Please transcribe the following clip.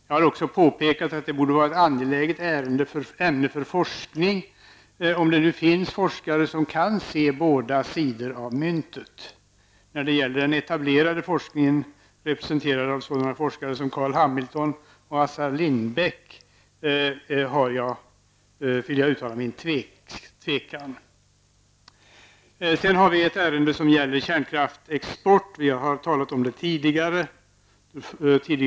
Jag har också påpekat att det borde vara ett angeläget ämne för forskning, om det finns forskare som kan se båda sidorna av myntet. När det gäller den etablerade forskningen, representerad av sådana forskare som Carl Hamilton och Assar Lindbeck, vill jag uttala min tvekan. Sedan har vi ett ärende som gäller kärnkraftsexport. Vi har talat om det tidigare år.